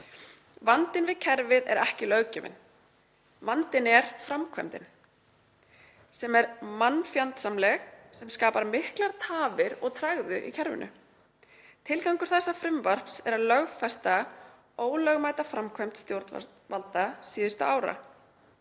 Vandinn við kerfið er ekki löggjöfin. Vandinn er framkvæmdin sem er mannfjandsamleg og skapar miklar tafir og tregðu í kerfinu. Tilgangur þessa frumvarps er að lögfesta ólögmæta framkvæmd stjórnvalda síðustu ára.